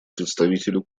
представителю